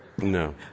No